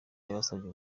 yabasabye